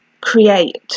create